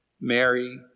Mary